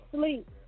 sleep